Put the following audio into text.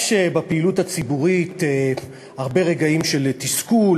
יש בפעילות הציבורית הרבה רגעים של תסכול,